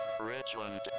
Richland